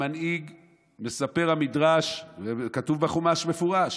מספר המדרש וכתוב בחומש במפורש,